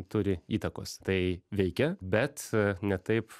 turi įtakos tai veikia bet ne taip